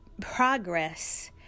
progress